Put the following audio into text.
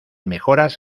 mejoras